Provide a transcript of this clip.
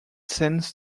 sense